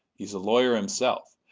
he's a lawyer himself,